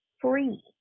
free